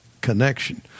connection